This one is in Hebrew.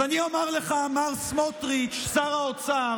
אז אני אומר לך, מר סמוטריץ', שר האוצר,